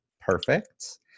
perfect